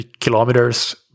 kilometers